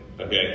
Okay